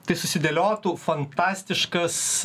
tai susidėliotų fantastiškas